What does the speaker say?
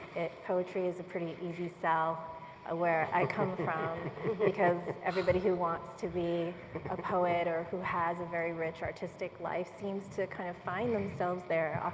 poetry is a pretty easy sell ah where i come from because everybody who wants to be a poet or who has a very rich artistic life seems to kind of find themselves there,